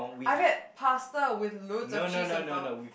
I had pasta with loads of cheese on top